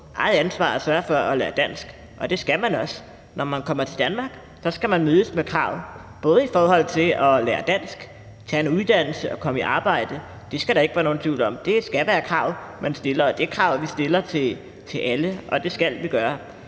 eget ansvar at sørge for at lære dansk, og det skal man også. Når man kommer til Danmark, skal man mødes med krav, både i forhold til at lære dansk, tage en uddannelse og komme i arbejde. Det skal der ikke være nogen tvivl om. Det skal være krav, som man stiller. Og det er krav, som vi stiller til alle, og det skal vi gøre.